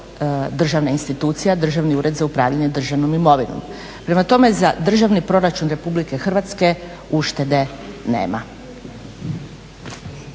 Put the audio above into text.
državna institucija, Državni ured za upravljanje državnom imovinom. Prema tome, za državni proračun Republike Hrvatske uštede nema.